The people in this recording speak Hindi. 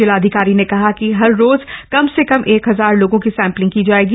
जिलाधिकारी ने कहा कि हर रोज कम से कम एक हजार लोगों की सैम्पलिंग की जायेगी